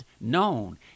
known